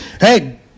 hey